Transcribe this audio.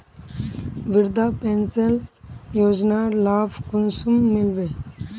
वृद्धा पेंशन योजनार लाभ कुंसम मिलबे?